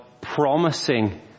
promising